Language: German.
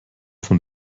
von